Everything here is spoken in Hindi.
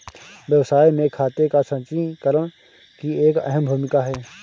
व्यवसाय में खाते का संचीकरण की एक अहम भूमिका है